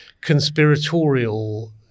conspiratorial